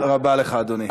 תודה רבה לך, אדוני.